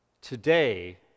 Today